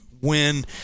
win